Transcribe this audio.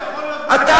יכול להיות בכנסת,